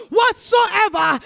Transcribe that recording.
whatsoever